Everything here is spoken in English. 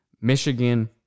Michigan